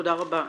תודה רבה.